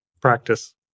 Practice